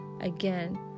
again